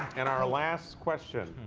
and our last question.